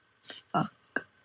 fuck